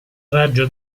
raggio